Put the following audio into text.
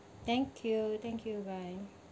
thank you thank you bye